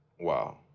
Wow